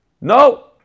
No